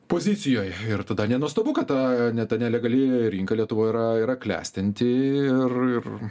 pozicijoj ir tada nenuostabu kad ta net ta nelegali rinka lietuvoj yra yra klestinti ir ir